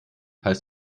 heißt